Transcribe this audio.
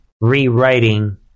rewriting